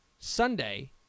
Sunday